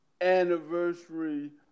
anniversary